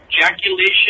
ejaculation